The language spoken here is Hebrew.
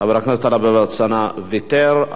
חבר הכנסת טלב אלסאנע, ויתר.